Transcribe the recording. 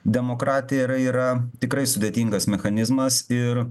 demokratija yra yra tikrai sudėtingas mechanizmas ir